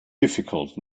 difficult